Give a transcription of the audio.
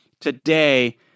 today